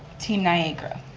team niagara.